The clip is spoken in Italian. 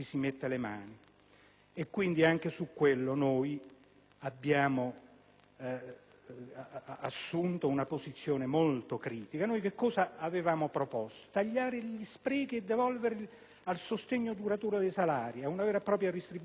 le mani. Anche sul punto abbiamo assunto una posizione molto critica. Noi avevamo proposto di tagliare gli sprechi e devolverli al sostegno duraturo dei salari, cioè ad una vera e propria redistribuzione del reddito;